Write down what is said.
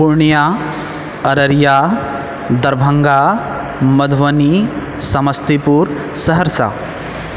Purnia Araria Darbhanga Madhubani Samastipur Saharsa